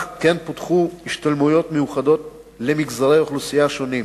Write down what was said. כן פותחו השתלמויות מיוחדות למגזרי האוכלוסייה השונים.